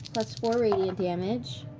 plus four radiant damage,